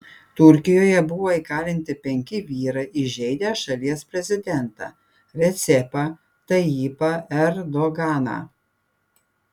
turkijoje buvo įkalinti penki vyrai įžeidę šalies prezidentą recepą tayyipą erdoganą